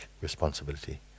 responsibility